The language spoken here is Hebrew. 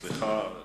סליחה.